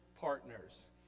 Partners